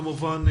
כמובן,